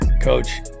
Coach